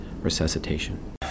resuscitation